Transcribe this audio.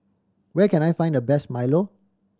where can I find the best milo